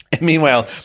Meanwhile